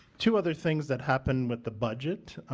two other things that happened with the budget.